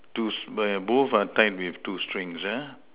two both are tied with two strings ah